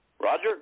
Roger